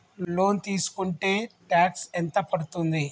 Loan తీస్కుంటే tax ఎంత పడ్తుంది?